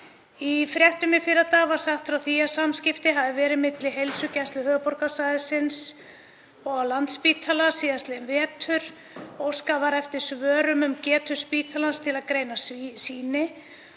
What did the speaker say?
Í fréttum í fyrradag var sagt frá því að samskipti hafi verið milli Heilsugæslu höfuðborgarsvæðisins og Landspítala síðastliðinn vetur. Óskað var eftir svörum um getu spítalans til að greina sýni